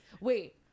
Wait